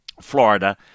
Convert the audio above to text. Florida